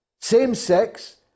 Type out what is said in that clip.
Same-sex